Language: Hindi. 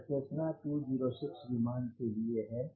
यह सेस्सना 206 विमान के लिए है